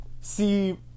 see